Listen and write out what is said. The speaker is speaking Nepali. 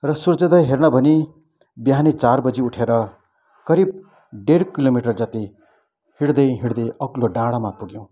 र सुर्योदय हेर्न भनी बिहानै चार बजी उठेर करीब डेढ किलोमिटर जति हिँड्दै हिँड्दै अग्लो डाँडामा पुग्यौँ